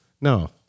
No